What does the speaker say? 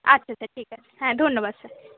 আচ্ছা আচ্ছা ঠিক আছে হ্যাঁ ধন্যবাদ